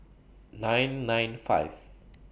nine nine five